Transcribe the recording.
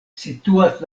situas